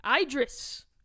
Idris